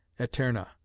eterna